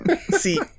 See